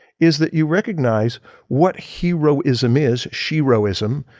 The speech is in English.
is that you recognize what heroism is, sheroism,